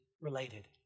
related